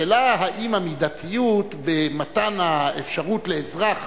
השאלה היא האם המידתיות במתן האפשרות לאזרח,